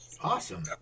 Awesome